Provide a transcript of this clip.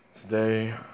Today